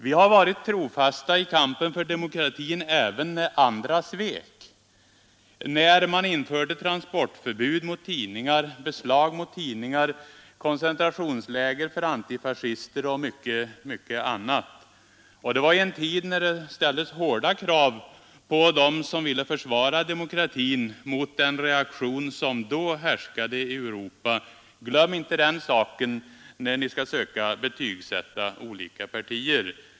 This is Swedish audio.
Vi var trofasta i kampen för demokratin även när andra svek, t.ex. när man beslagtog och införde transportförbud mot tidningar, när man anlade koncentrationsläger för antifascister och mycket annat. Det var i en tid då det ställdes hårda krav på dem som ville försvara demokratin mot de reaktionära krafter som då härskade i Europa. Glöm inte den saken när ni försöker betygsätta olika partier!